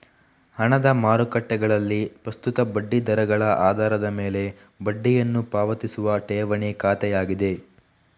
ಹಣದ ಮಾರುಕಟ್ಟೆಗಳಲ್ಲಿ ಪ್ರಸ್ತುತ ಬಡ್ಡಿ ದರಗಳ ಆಧಾರದ ಮೇಲೆ ಬಡ್ಡಿಯನ್ನು ಪಾವತಿಸುವ ಠೇವಣಿ ಖಾತೆಯಾಗಿದೆ